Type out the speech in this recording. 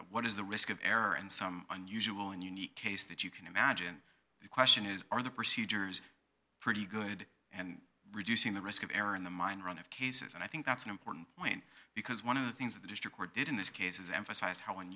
what is the risk of error and some unusual and unique case that you can imagine the question is are the procedures pretty good and reducing the risk of error in the mine run of cases and i think that's an important point because one of the things that the district where did in this case is emphasize how